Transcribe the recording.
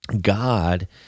God